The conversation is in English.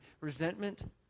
resentment